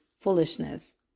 foolishness